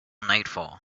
nightfall